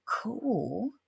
cool